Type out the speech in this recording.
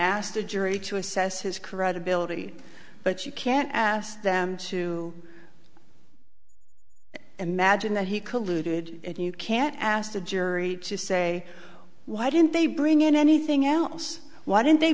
asked a jury to assess his carette ability but you can't ask them to imagine that he colluded and you can't ask the jury to say why didn't they bring in anything else why didn't they